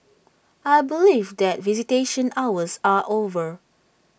I believe that visitation hours are over